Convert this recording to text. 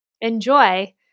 Enjoy